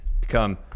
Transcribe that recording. become